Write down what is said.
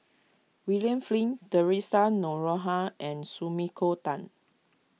William Flint theresa Noronha and Sumiko Tan